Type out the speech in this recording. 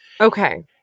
Okay